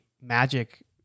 magic